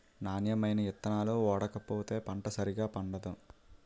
నాణ్యమైన ఇత్తనాలు ఓడకపోతే పంట సరిగా పండదు